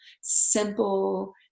simple